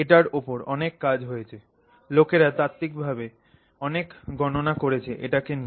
এটার ওপর অনেক কাজ হয়েছে লোকেরা তাত্ত্বিকভাবে অনেক গণনা করেছে এটাকে নিয়ে